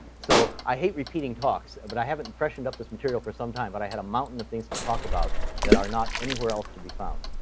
so i hate repeating talks, but i haven't freshened up this material for some time. but i had a mountain of things to talk about that are not anywhere else to be found,